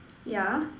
ya